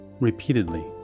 repeatedly